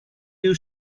you